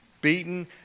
beaten